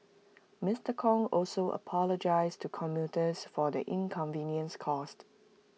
Mister Kong also apologised to commuters for the inconvenience caused